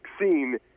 vaccine